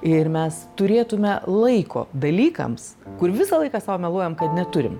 ir mes turėtume laiko dalykams kur visą laiką sau meluojam kad neturim